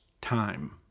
time